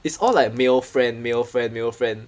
it's all like male friend male friend male friend